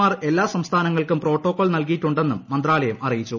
R എല്ലാ സംസ്ഥാനങ്ങൾക്കും protocol നൽകിയിട്ടുണ്ടെന്നും മന്ത്രാലയം അറിയിച്ചു